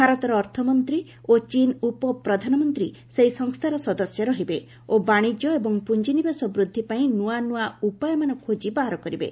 ଭାରତର ଅର୍ଥମନ୍ତ୍ରୀ ଓ ଚୀନ୍ ଉପପ୍ରଧାନମନ୍ତ୍ରୀ ସେହି ସଂସ୍କାର ସଦସ୍ୟ ରହିବେ ଓ ବାଶିଜ୍ୟ ଏବଂ ପୁଞ୍ଜିନିବେଶ ବୃଦ୍ଧି ପାଇଁ ନୂଆ ନୂଆ ଉପାୟମାନ ଖୋକି ବାହାର କରିବେ